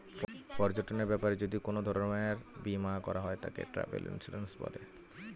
পর্যটনের ব্যাপারে যদি কোন ধরণের বীমা করা হয় তাকে ট্র্যাভেল ইন্সুরেন্স বলে